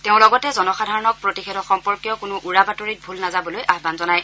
তেওঁ লগতে জনসাধাৰণক প্ৰতিষেধক সম্পৰ্কীয় কোনো উৰা বাতৰিত ভুল নাযাবলৈ আহান জনায়